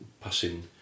passing